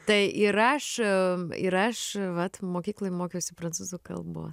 tai ir aš ir aš vat mokykloj mokiausi prancūzų kalbos